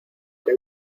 que